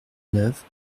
neuf